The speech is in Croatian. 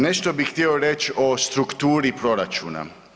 Nešto bih htio reć o strukturi proračuna.